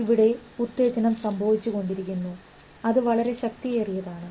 ഇവിടെ ഉത്തേജനം സംഭവിച്ചുകൊണ്ടിരിക്കുന്നു അത് വളരെ ശക്തിയേറിയതാണ്